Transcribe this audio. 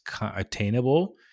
attainable